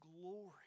glory